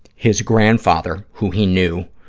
his grandfather, who he knew,